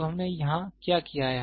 तो हमने यहाँ क्या किया है